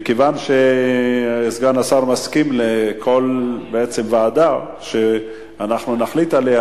מכיוון שסגן השר מסכים לכל ועדה שנחליט עליה,